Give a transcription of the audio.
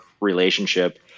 relationship